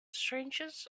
strangeness